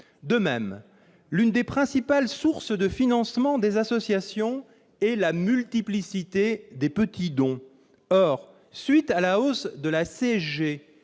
ailleurs, l'une des principales sources de financement des associations est la multiplicité des petits dons. Or, à la suite de la hausse de la CSG,